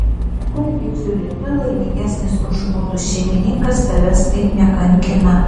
oi bičiuli tu laimingesnis už mudu šeimininkas tavęs taip nekankina